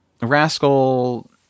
Rascal